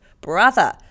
brother